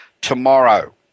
tomorrow